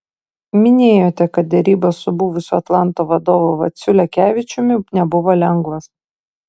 minėjote kad derybos su buvusiu atlanto vadovu vaciu lekevičiumi nebuvo lengvos